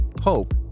Hope